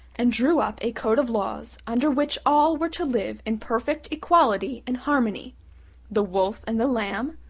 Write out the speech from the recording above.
and drew up a code of laws under which all were to live in perfect equality and harmony the wolf and the lamb,